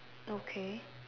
okay